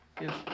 Yes